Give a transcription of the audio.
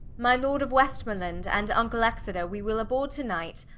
my lord of westmerland, and vnkle exeter, we will aboord to night.